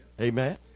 Amen